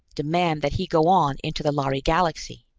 demand that he go on into the lhari galaxy?